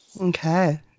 okay